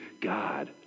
God